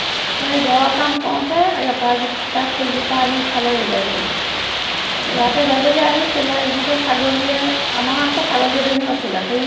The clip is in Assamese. তাৰপিছত সেই ঘৰৰ কাম কৰোঁতে অপৰাজিতা ফুলজোপা আনি ইফালে ৰুলেহি ৰুৱাতে গজালি আহিছিলে ইহঁতে ছাগলীয়ে আমাৰ আকৌ ছাগলী এজনীও আছিলে সেই